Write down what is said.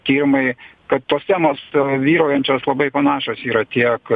tyrimai kad tos temos vyraujančios labai panašios yra tiek